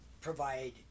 provide